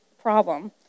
problem